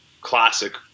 classic